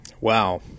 wow